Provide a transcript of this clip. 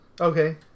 Okay